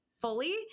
fully